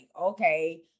okay